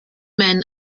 men